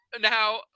now